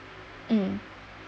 um